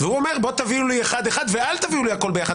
והוא אומר: תביאו לי אחד-אחד ואל תביאו לי הכול ביחד.